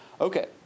Okay